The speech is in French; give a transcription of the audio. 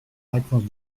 réponse